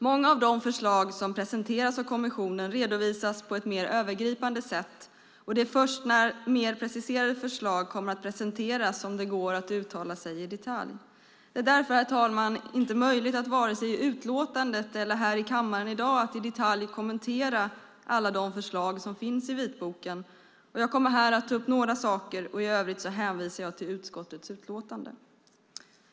Många av de förslag som presenteras av kommissionen redovisas på ett mer övergripande sätt, och det är först när mer preciserade förslag kommer att presenteras som det går att uttala sig i detalj. Det är därför, herr talman, inte möjligt att vare sig i utlåtandet eller här i kammaren i dag att i detalj kommentera alla de förslag som finns i vitboken. Jag kommer här att ta upp några saker, och i övrigt hänvisar jag till utskottets utlåtande.